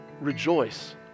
rejoice